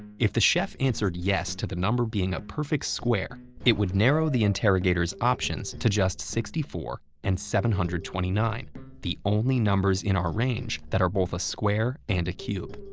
if the chef answered yes to the number being a perfect square, it would narrow the interrogator's options to just sixty four and seven hundred and twenty nine the only numbers in our range that are both a square and a cube.